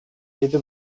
yedi